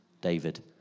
David